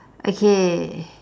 okay